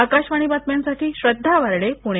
आकाशवाणीच्या बातम्यांसाठी श्रद्धा वार्डे पुणे